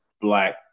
black